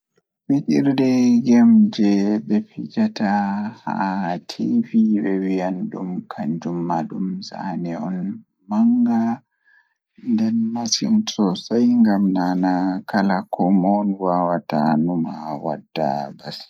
Fijirde jei mi yiɗi mi ekitaa Eey, cindi video ɗee waɗi ɗum njiɓgol. Ngam ko waɗe ɗee tiindii hay jiɓinaaɗe, cakaɗe, e ɓeewɗe mawɗe e leydi cindi. Cindi video ɗe waɗi ɓuriɗo koɗɗe maɓɓe ngam waɗde anndude yimɓe e soɗɗude hakkeeji e wudere ɗiɗi, cakaɗe yimɓe ɓuri tiindii e nder ɗum. Kadi, waɗi ɗum ɓuri ɗiɗo ngam waɗde waɗnaari e timminaaji ɓeewɗe, no ɗum waɗi ɗum golle cindi.